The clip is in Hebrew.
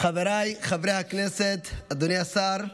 חבריי חברי הכנסת, אדוני השר,